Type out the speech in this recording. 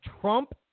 Trump